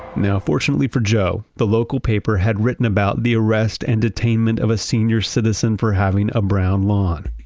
now, fortunately for joe, the local paper had written about the arrest and detainment of a senior citizen for having a brown lawn.